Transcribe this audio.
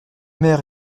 mères